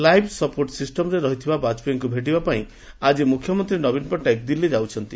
life support ସିଷ୍ଟମ୍ରେ ଥିବା ବାଜପେୟୀଙ୍କୁ ଭେଟିବା ପାଇଁ ଆକି ମୁଖ୍ୟମନ୍ତୀ ନବୀନ ପଟ୍ଟନାୟକ ଦିଲ୍ଲୀ ଯାଉଛନ୍ତି